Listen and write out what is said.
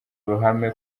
ruhame